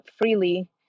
freely